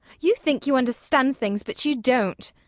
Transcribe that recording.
you think you understand things but you don't.